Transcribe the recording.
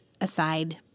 aside